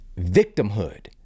victimhood